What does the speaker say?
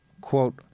quote